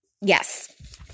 Yes